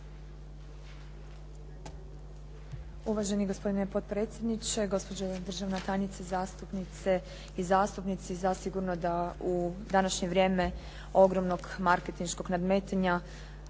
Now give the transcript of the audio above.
Uvaženi gospodine potpredsjedniče, gospođo državna tajnice, zastupnice i zastupnici. Zasigurno da u današnje vrijeme ogromnog marketinškog nadmetanja,